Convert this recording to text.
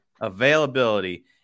availability